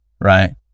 right